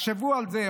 תחשבו על זה,